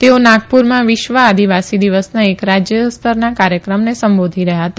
તેઓ નાગપુરમાં વિશ્વ આદિવાસી દિવસના એક રાજય સ્તરના કાર્યક્રમને સંબોધી રહયાં હતા